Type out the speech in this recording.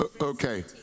Okay